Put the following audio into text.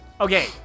okay